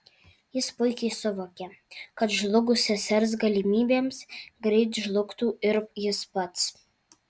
jis puikiai suvokė kad žlugus sesers galimybėms greit žlugtų ir jis pats